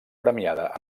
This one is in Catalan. premiada